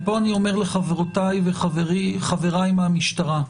ופה אני אומר לחברותיי וחבריי מהמשטרה,